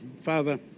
Father